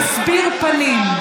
בבחינת מסביר פנים.